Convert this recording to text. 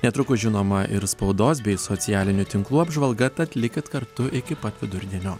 netrukus žinoma ir spaudos bei socialinių tinklų apžvalga tad likit kartu iki pat vidurdienio